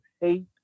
hate